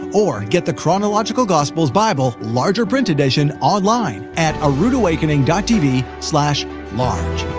or, get the chronological gospels bible larger print edition online at aroodawakening tv large.